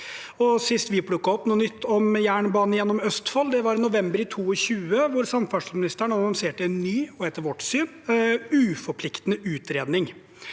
Sist vi plukket opp noe om jernbane gjennom Østfold, var i november 2022, da samferdselsministeren annonserte en ny – og etter vårt syn – uforpliktende utredning.